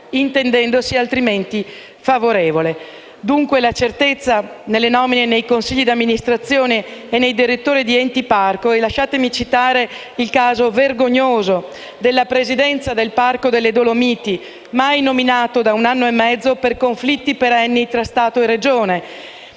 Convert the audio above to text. intendendosi altrimenti favorevole; dunque certezza nelle nomine nei consigli di amministrazione e nei direttori degli enti parco. Lasciatemi citare il caso vergognoso della presidenza del Parco delle Dolomiti, mai nominata da un anno e mezzo per conflitti perenni tra Stato e Regione,